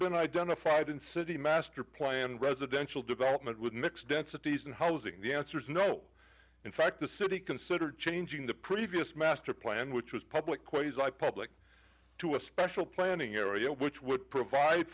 been identified in city master plan residential development with mixed densities and housing the answer is no in fact the city considered changing the previous master plan which was public ways i public to a special planning area which would provide